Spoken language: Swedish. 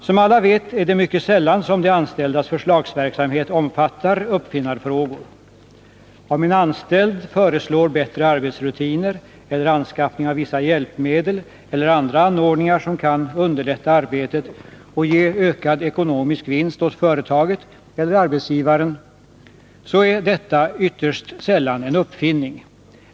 Som alla vet, är det mycket sällan som de anställdas förslagsverksamhet omfattar uppfinnarfrågor. Om en anställd föreslår bättre arbetsrutiner eller anskaffning av vissa hjälpmedel eller andra anordningar som kan underlätta arbetet och ge ökad ekonomisk vinst åt företaget eller arbetsgivaren, så är detta ytterst sällan en uppfinning.